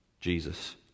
Jesus